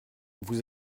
vous